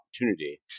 opportunity